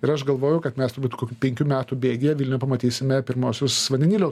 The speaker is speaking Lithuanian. ir aš galvoju kad mes turbūt kokių penkių metų bėgyje vilniuj pamatysime pirmuosius vandenilio